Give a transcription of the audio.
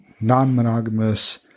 non-monogamous